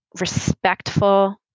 respectful